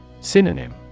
Synonym